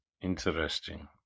interesting